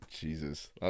Jesus